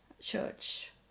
church